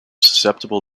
susceptible